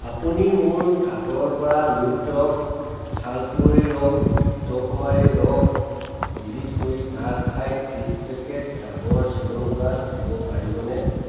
আপুনি মোৰ কাৰ্টৰপৰা নিউট্ৰিঅৰ্গ চালকুঁৱৰীৰ ৰস ঘৃতকুমাৰীৰ ৰস ডিলিট কৰি তাৰ ঠাইত ত্ৰিছ পেকেট ডাৱৰ চ্যৱনপ্ৰাচ দিব পাৰিবনে